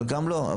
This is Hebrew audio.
על חלקם לא.